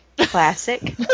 Classic